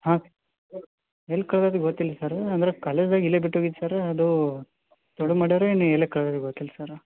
ಹಾಂ ಎಲ್ಲಿ ಕಳ್ದೇತಿ ಗೊತ್ತಿಲ್ಲ ರೀ ಸರ್ ಅಂದ್ರೆ ಕಾಲೇಜಾಗೆ ಇಲ್ಲೆ ಬಿಟ್ಟು ಹೋಗಿದ್ದು ಸರ್ ಅದು ಮಾಡ್ಯಾರೆ ನೀ ಇಲ್ಲೆ ಕಾ ಗೊತ್ತಿಲ್ಲ ರೀ ಸರ್